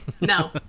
No